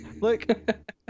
Look